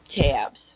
tabs